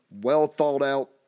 well-thought-out